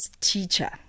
teacher